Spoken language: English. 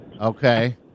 Okay